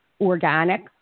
organic